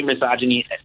misogyny